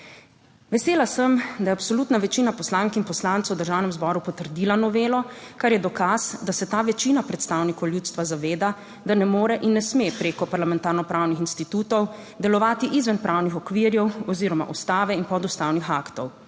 Vesela sem, da je absolutna večina poslank in poslancev v Državnem zboru potrdila novelo, kar je dokaz, da se ta večina predstavnikov ljudstva zaveda, da ne more in ne sme prek parlamentarno-pravnih institutov delovati izven pravnih okvirjev oziroma ustave in podustavnih aktov.